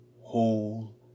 whole